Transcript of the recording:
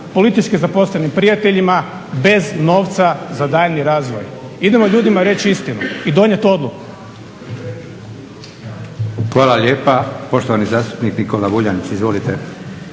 politički zaposlenim prijateljima bez novca za daljnji razvoj. Idemo ljudima reći iskreno i donijeti odluku. **Leko, Josip (SDP)** Hvala lijepa. Poštovani zastupnik Nikola Vuljanić. Izvolite.